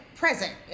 Present